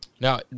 Now